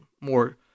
more